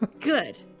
Good